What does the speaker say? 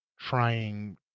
trying